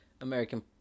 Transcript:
American